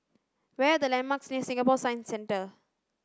where are the landmarks near Singapore Science Centre